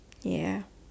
ya